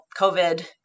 covid